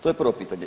To je prvo pitanje.